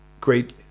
great